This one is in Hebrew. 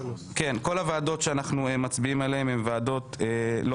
כל הוועדות שאנחנו מצביעים עליהן הן ועדות לא